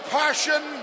passion